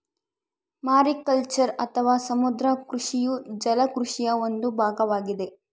mariculture ಅಥವಾ ಸಮುದ್ರ ಕೃಷಿಯು ಜಲ ಕೃಷಿಯ ಒಂದು ಭಾಗವಾಗಿದೆ